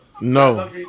No